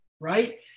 Right